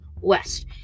West